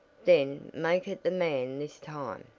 then make it the man this time,